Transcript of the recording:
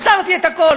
אז עצרתי את הכול,